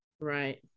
Right